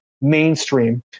mainstream